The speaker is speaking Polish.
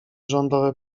rządowe